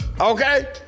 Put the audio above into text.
okay